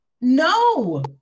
No